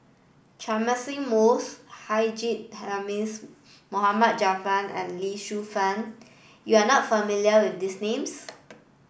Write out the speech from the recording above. Catchick Moses Haji Namazie Mohd Javad and Lee Shu Fen you are not familiar with these names